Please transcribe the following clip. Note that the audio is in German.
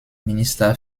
minister